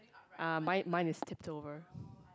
uh mine mine is tipped over